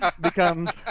becomes